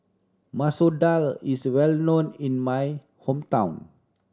Masoor Dal is well known in my hometown